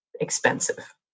expensive